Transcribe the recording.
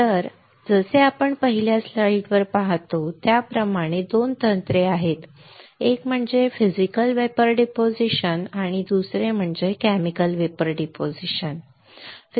तर जसे आपण पहिल्या स्लाइडवर पाहतो त्याप्रमाणे 2 तंत्रे आहेत एक म्हणजे फिजिकल वेपर डिपॉझिशन करणे आणि दुसरे म्हणजे केमिकल वेपर डिपॉझिशन बरोबर